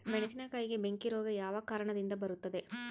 ಮೆಣಸಿನಕಾಯಿಗೆ ಬೆಂಕಿ ರೋಗ ಯಾವ ಕಾರಣದಿಂದ ಬರುತ್ತದೆ?